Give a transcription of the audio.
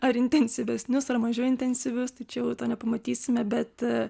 ar intensyvesnius ar mažiau intensyvius tai čia jau to nepamatysime bet